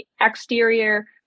exterior